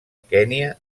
kenya